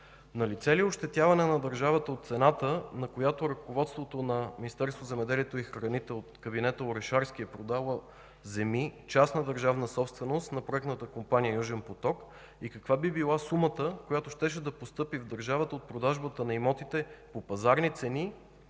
налице ли е ощетяване на държавата от цената, на която ръководството на Министерството на земеделието и храните от кабинета Орешарски е продавал земи частна държавна собственост на проектната компания „Южен поток” и каква би била сумата, която щеше да постъпи в държавата от продажбата на имотите по пазарни цени,